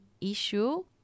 issue